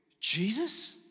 Jesus